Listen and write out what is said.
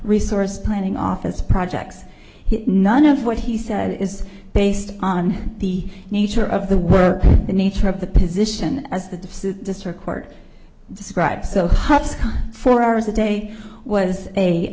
resource planning office projects none of what he said is based on the nature of the work the nature of the position as the district court describes the huts four hours a day was a